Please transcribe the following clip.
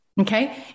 Okay